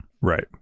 Right